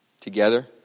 together